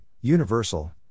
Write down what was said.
Universal